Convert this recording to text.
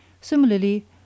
Similarly